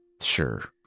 sure